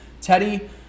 Teddy